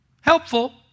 helpful